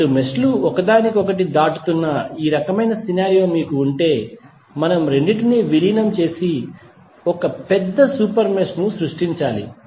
రెండు మెష్ లు ఒకదానికొకటి దాటుతున్న ఈ రకమైన సినారియో మీకు ఉంటే మనము రెండింటినీ విలీనం చేసి పెద్ద సూపర్ మెష్ ను సృష్టించాలి